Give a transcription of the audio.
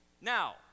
Now